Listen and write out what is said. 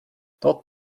dort